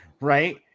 right